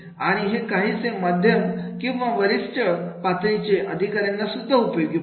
आणि हे काहीसे मध्यम आणि वरिष्ठ पातळीच्या अधिकाऱ्यांना सुद्धा उपयोगी पडते